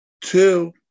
Two